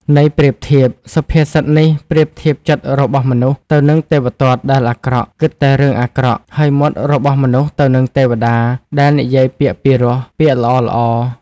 ន័យប្រៀបធៀប សុភាសិតនេះប្រៀបធៀបចិត្តរបស់មនុស្សទៅនឹងទេវទត្តដែលអាក្រក់ គិតតែរឿងអាក្រក់ ហើយមាត់របស់មនុស្សទៅនឹងទេវតា ដែលនិយាយពាក្យពីរោះ ពាក្យល្អៗ។